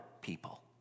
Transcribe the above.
people